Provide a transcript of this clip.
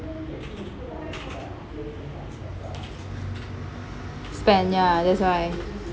spend ya that's why